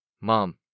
Mom